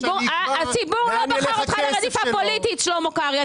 הציבור לא בחר אותך לרדיפה פוליטית, שלמה קרעי.